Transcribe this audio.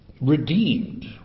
redeemed